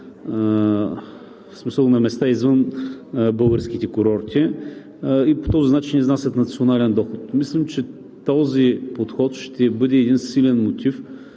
летуват на места извън българските курорти и по този начин изнасят национален доход. Мислим, че този подход ще бъде един силен мотив